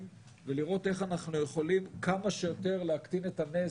ולראות איך אנחנו יכולים כמה שיותר להקטין את הנזק.